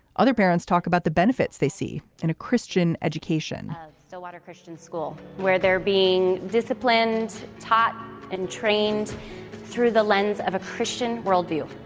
other parents talk about the benefits they see in a christian education so a lot of christian school where they're being disciplined, taught and trained through the lens of a christian worldview.